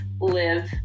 live